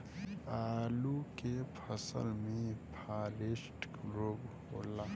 आलू के फसल मे फारेस्ट रोग होला?